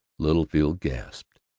littlefield gasped.